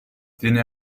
tieni